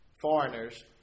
foreigners